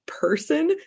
person